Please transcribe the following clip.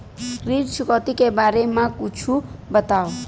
ऋण चुकौती के बारे मा कुछु बतावव?